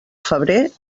febrer